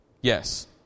Yes